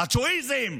מאצ'ואיזם.